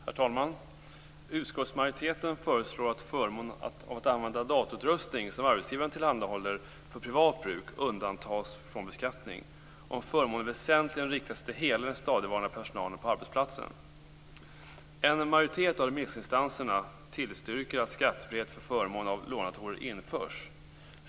Herr talman! Utskottsmajoriteten föreslår att förmånen att för privat bruk använda datorutrustning som arbetsgivaren tillhandahåller undantas från beskattning, om förmånen väsentligen riktar sig till hela den stadigvarande personalen på arbetsplatsen. En majoritet av remissinstanserna tillstyrker att skattefrihet för förmån av lånedatorer införs.